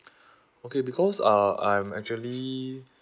okay because uh I'm actually